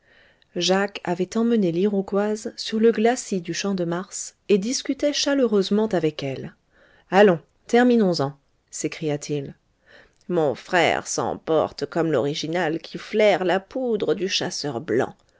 jacques avait emmené l'iroquoise sur le glacis du champ-de-mars et discutait chaleureusement avec elle allons terminons en s'écria-t-il mon frère s'emporte comme l'orignal qui flaire la poudre du chasseur blanc